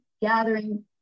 gathering